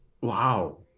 wow